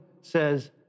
says